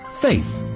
faith